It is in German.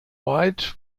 white